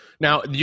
Now